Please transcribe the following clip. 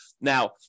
Now